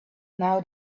now